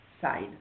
side